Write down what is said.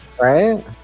right